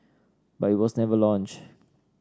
but it was never launched